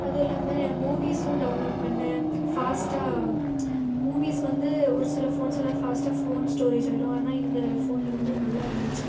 அதுவும் இல்லாமல் நான் மூவீஸும் டவுன்லோட் பண்ணேன் ஃபாஸ்ட்டாக மூவீஸ் வந்து ஒரு சில ஃபோன்ஸுலலாம் ஃபாஸ்ட்டாக ஃபோன் ஸ்டோரேஜ் ஆயிடும் ஆனால் இந்த ஃபோனில் வந்து நல்லா இருந்துச்சு